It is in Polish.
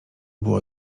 było